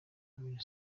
alyn